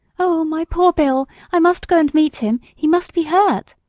oh, my poor bill, i must go and meet him he must be hurt.